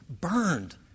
burned